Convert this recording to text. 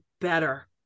better